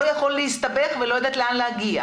יכול להסתבך ואני לא יודעת עד לאן יגיע.